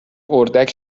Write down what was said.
اردک